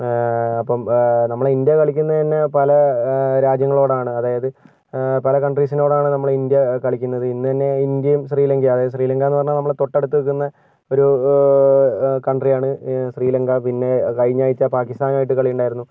അപ്പോൾ നമ്മുടെ ഇന്ത്യ കളിക്കുന്നത് തന്നെ പല രാജ്യങ്ങളോടാണ് അതായത് പല കണ്ട്രീസിനോടാണ് നമ്മുടെ ഇന്ത്യ കളിക്കുന്നത് ഇന്ന് തന്നെ ഇന്ത്യയും ശ്രീലങ്കയും അതായത് ശ്രീലങ്ക എന്നു പറഞ്ഞാൽ നമ്മുടെ തൊട്ടടുത്ത് നിൽക്കുന്ന ഒരു കൺട്രിയാണ് ശ്രീലങ്ക പിന്നെ കഴിഞ്ഞയാഴ്ച്ച പാകിസ്ഥാനുമായിട്ട് കളിയുണ്ടായിരുന്നു